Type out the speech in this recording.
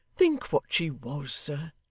think what she was, sir.